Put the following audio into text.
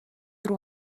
рүү